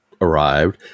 arrived